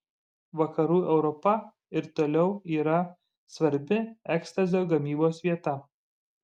vakarų europa ir toliau yra svarbi ekstazio gamybos vieta